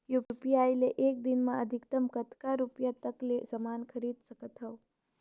UPI ले एक दिन म अधिकतम कतका रुपिया तक ले समान खरीद सकत हवं?